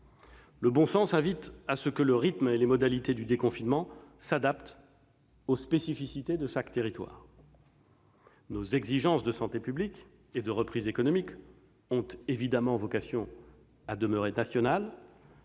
Le bon sens invite à ce que le rythme et les modalités du déconfinement s'adaptent aux spécificités de chaque territoire. Nos exigences en matière de santé publique et de reprise économique ont évidemment vocation à demeurer nationales,